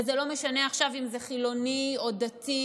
וזה לא משנה עכשיו אם זה חילוני או דתי